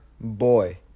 Boy